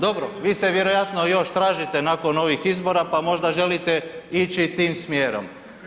Dobro, vi se vjerojatno još tražite nakon ovih izbora pa možda želite ići tim smjerom.